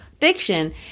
fiction